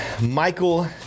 Michael